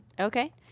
Okay